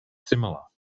similar